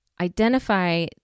Identify